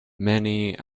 many